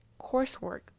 coursework